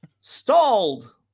Stalled